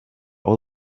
all